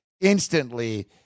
instantly